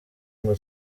ngo